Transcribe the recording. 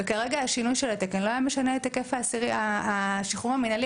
כרגע השינוי של התקן לא היה משנה את היקף השחרור המנהלי.